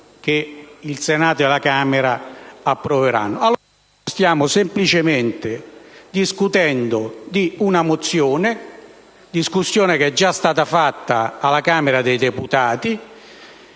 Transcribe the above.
il Senato e la Camera approveranno.